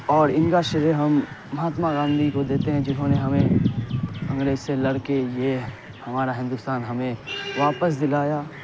اور ان کا شرے ہم مہاتما گاندھی کو دیتے ہیں جنہوں نے ہمیں انگریز سے لڑ کے یہ ہمارا ہندوستان ہمیں واپس دلایا